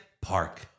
park